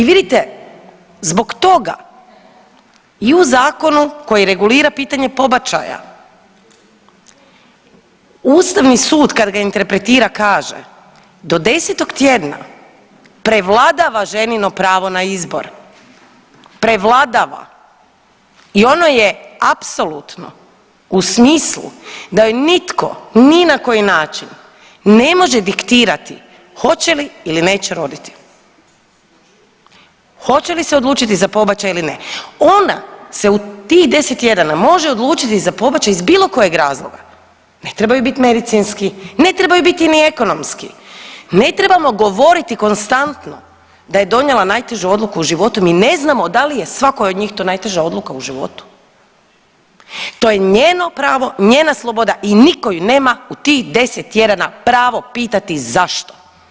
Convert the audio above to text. I vidite, zbog toga i u zakonu koji regulira pitanje pobačaja ustavni sud kad ga interpretira kaže do 10. tjedna prevladava ženino pravo na izbor, prevladava i ono je apsolutno u smislu da joj nitko ni na koji način ne može diktirati hoće li ili neće roditi, hoće li se odlučiti za pobačaj ili ne, ona se u tih 10 tjedana može odlučiti za pobačaj iz bilo kojeg razloga, ne trebaju bit medicinski, ne trebaju biti ni ekonomski, ne trebamo govoriti konstantno da je donijela najtežu odluku u životu, mi ne znamo da li je svakoj od njih to najteža odluka u životu, to je njeno pravo, njena sloboda i niko ju nema u tih 10 tjedana pravo pitati zašto.